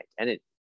identity